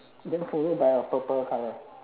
then follow by a purple colour